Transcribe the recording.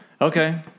Okay